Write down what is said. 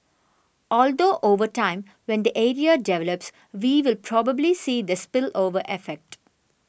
although over time when the area develops we will probably see the spillover effect